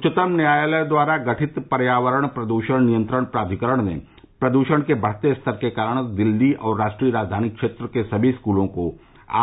उच्चतम न्यायालय द्वारा गठित पर्यावरण प्रद्यण नियंत्रण प्राधिकरण ने प्रदूषण के बढ़ते स्तर के कारण दिल्ली और राष्ट्रीय राजधानी क्षेत्र के सभी स्कूलों को